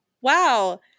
wow